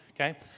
okay